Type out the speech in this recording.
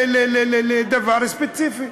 לדבר ספציפי?